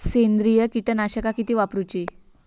सेंद्रिय कीटकनाशका किती वापरूची?